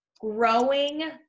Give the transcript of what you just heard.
growing